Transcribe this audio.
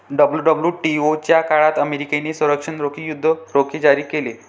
WWTO च्या काळात अमेरिकेने संरक्षण रोखे, युद्ध रोखे जारी केले